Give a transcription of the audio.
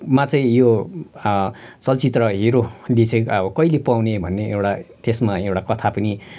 मा चाहिँ यो चलचित्र हिरोले चाहिँ अब कहिले पाउने भन्ने एउटा त्यसमा एउटा कथा पनि